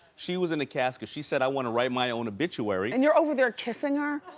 she was in the casket. she said, i wanna write my own obituary. and you're over there kissing her?